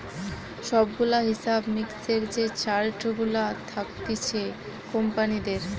সব গুলা হিসাব মিক্সের যে চার্ট গুলা থাকতিছে কোম্পানিদের